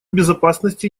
безопасности